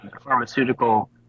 pharmaceutical